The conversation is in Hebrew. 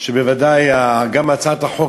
שבוודאי גם הצעת החוק,